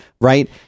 Right